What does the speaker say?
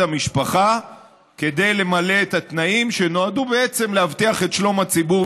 המשפחה שתמלא את התנאים שנועדו בעצם להבטיח את שלום הציבור,